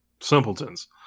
Simpletons